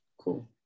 Cool